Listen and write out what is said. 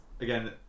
again